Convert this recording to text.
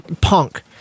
Punk